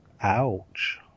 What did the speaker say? Ouch